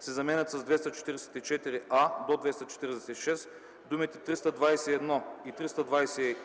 се заменят с „244а-246”, думите „321, 321а”